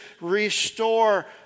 restore